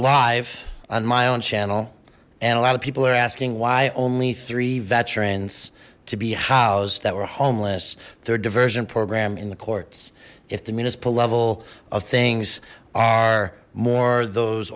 live on my own channel and a lot of people are asking why only three veterans to be housed that were homeless their diversion program in the courts if the municipal level of things are more those